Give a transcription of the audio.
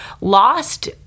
lost